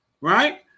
Right